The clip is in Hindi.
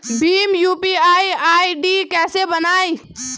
भीम यू.पी.आई आई.डी कैसे बनाएं?